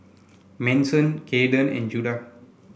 Manson Cayden and Judah